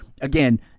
Again